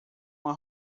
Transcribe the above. uma